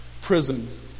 prison